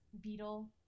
Beetle